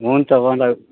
हुन्छ दा